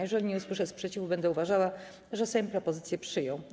Jeżeli nie usłyszę sprzeciwu, będę uważała, że Sejm propozycję przyjął.